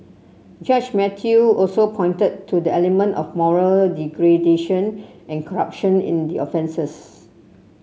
Judge Mathew also pointed to the element of moral degradation and corruption in the offences